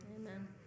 Amen